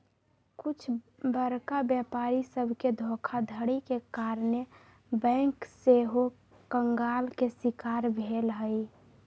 कुछ बरका व्यापारी सभके धोखाधड़ी के कारणे बैंक सेहो कंगाल के शिकार भेल हइ